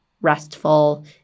restful